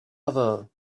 other